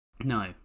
No